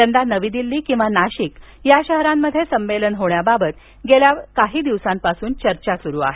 यदा नवी दिल्ली किंवा नाशिक या शहरांमध्ये संमेलन होण्याबाबत गेल्या काही दिवसांपासून चर्चा सुरू आहे